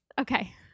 Okay